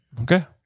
Okay